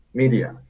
media